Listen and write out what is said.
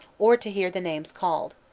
or to hear the names called.